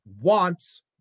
wants